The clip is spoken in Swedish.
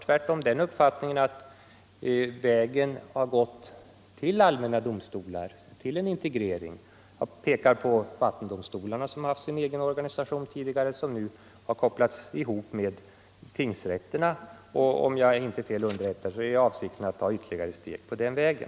Tvärtom har jag den uppfattningen att vägen har gått från spe 11 december 1974 cialdomstolar till allmänna domstolar. Jag kan peka på vattendomstolarna som haft sin egen organisation tidigare men som nu på visst sätt har — Lagförslag om kopplats ihop med tingsrätterna, och om jag inte är fel underrättad är — bostadsdomstol, avsikten att ta ytterligare steg på den vägen.